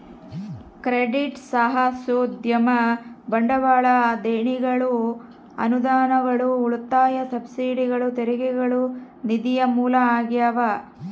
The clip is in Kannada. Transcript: ಕ್ರೆಡಿಟ್ ಸಾಹಸೋದ್ಯಮ ಬಂಡವಾಳ ದೇಣಿಗೆಗಳು ಅನುದಾನಗಳು ಉಳಿತಾಯ ಸಬ್ಸಿಡಿಗಳು ತೆರಿಗೆಗಳು ನಿಧಿಯ ಮೂಲ ಆಗ್ಯಾವ